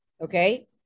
Okay